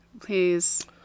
please